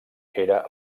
era